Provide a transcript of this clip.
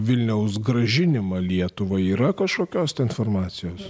vilniaus grąžinimą lietuvai yra kažkokios tai informacijos